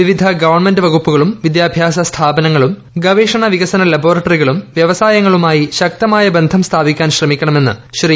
വിവിധ ഗവൺമെന്റ് വകുപ്പുകളും വിദ്യാഭ്യാസ സ്ഥാപനങ്ങളും ഗവേഷണ വികസനു മുണ്ണോറട്ടറികളും വ്യവസായങ്ങളുമായി ശക്തമായ ബ്ദ്ധ് സ്ഥാപിക്കാൻ ശ്രമിക്കണമെന്ന് ശ്രീ